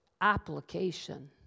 application